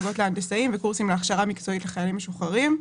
מלגות להנדסאים וקורסים להכשרה מקצועית לחיילים משוחררים.